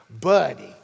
buddy